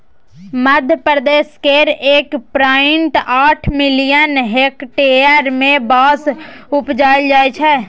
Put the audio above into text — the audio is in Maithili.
मध्यप्रदेश केर एक पॉइंट आठ मिलियन हेक्टेयर मे बाँस उपजाएल जाइ छै